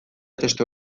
testu